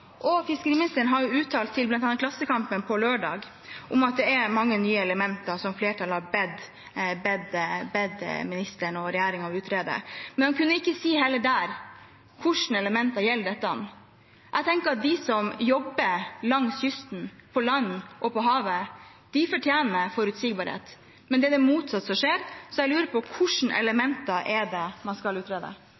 Fiskeriministeren har jo uttalt, bl.a. til Klassekampen på lørdag, at det er mange nye elementer som flertallet har bedt ministeren og regjeringen om å utrede. Men han kunne heller ikke der si hvilke elementer dette gjelder. Jeg tenker at de som jobber langs kysten, på land og på havet, fortjener forutsigbarhet. Men det er det motsatte som skjer, så jeg lurer på